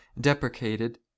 deprecated